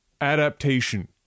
Adaptation